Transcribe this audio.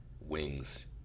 wings